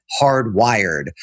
hardwired